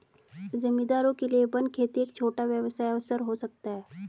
जमींदारों के लिए वन खेती एक छोटा व्यवसाय अवसर हो सकता है